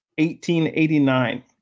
1889